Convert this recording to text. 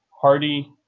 Hardy